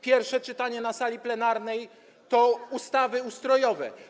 Pierwsze czytanie na sali plenarnej to ustawy ustrojowe.